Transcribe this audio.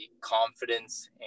confidence